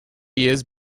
years